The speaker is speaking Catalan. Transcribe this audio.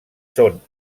són